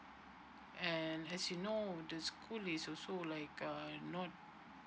and as you know the school is also like uh not